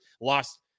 lost